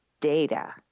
data